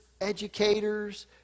educators